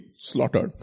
slaughtered